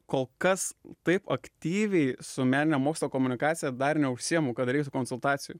kol kas taip aktyviai su meninio mokslo komunikacija dar neužsiimu kad reiktų konsultacijų